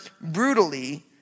brutally